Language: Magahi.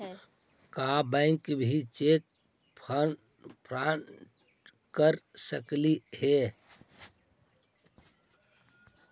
का बैंक भी चेक फ्रॉड कर सकलई हे?